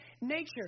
nature